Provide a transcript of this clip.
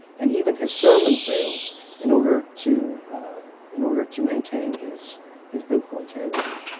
and even his sermons sales in order to in order to maintain his his biblical integrity.